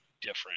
different